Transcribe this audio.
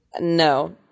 No